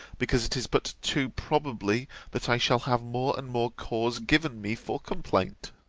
because it is but too probably that i shall have more and more cause given me for complaint.